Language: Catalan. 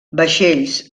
vaixells